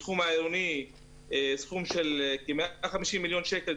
בתחום העירוני סכום של כ-150 מיליון שקלים,